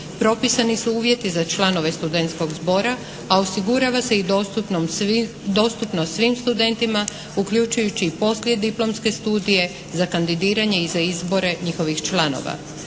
Propisani su uvjeti za članove studentskog zbora a osigurava se i dostupnost svim studentima uključujući i poslije diplomske studije za kandidiranje i za izbore njihovih članova.